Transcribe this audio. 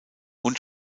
und